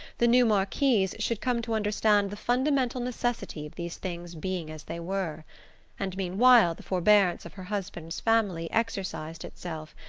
the new marquise should come to understand the fundamental necessity of these things being as they were and meanwhile the forbearance of her husband's family exercised itself,